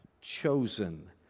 Chosen